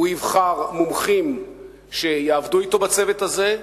הוא יבחר מומחים שיעבדו אתו בצוות הזה,